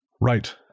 Right